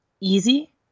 easy